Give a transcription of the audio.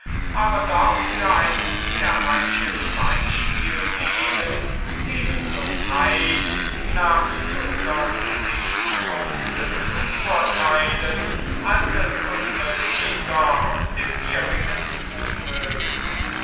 aber doch für ein lehrreiches beispiel geben eben so frei nach unserm gesichtspunkt zu urteilen als es unsre leser aus dem ihrigen tun mögen